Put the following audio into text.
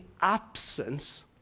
absence